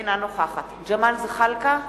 אינה נוכחת ג'מאל זחאלקה,